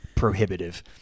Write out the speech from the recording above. prohibitive